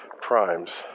primes